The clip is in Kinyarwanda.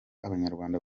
abanyarwanda